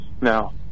Now